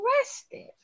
arrested